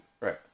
Right